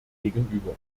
gegenüber